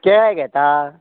केळें घेता